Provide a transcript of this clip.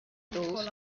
tools